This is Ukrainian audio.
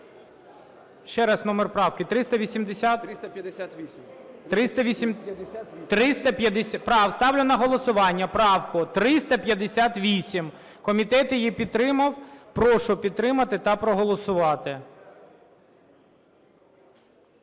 358. ГОЛОВУЮЧИЙ. Ставлю на голосування правку 358. Комітет її підтримав. Прошу підтримати та проголосувати.